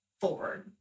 forward